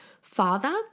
Father